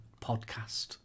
podcast